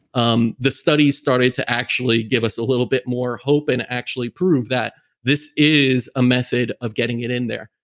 um the studies started to actually give us a little bit more hope and actually prove that this is a method of getting it in there.